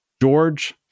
George